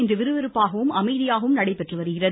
இன்று விறுவிறுப்பாகவும் அமைதியாகவும் நடைபெற்று வருகிறது